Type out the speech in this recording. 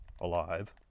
alive